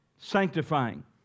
sanctifying